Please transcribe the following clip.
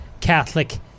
Catholic